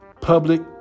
public